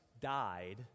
died